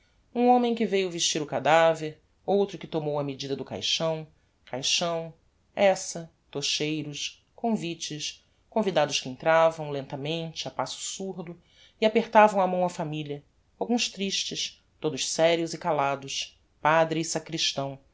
um homem que veiu vestir o cadaver outro que tomou a medida do caixão caixão eça tocheiros convites convidados que entravam lentamente a passo surdo e apertavam a mão á familia alguns tristes todos serios e calados padre e sacristão